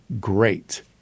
great